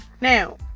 Now